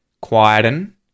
Quieten